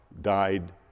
died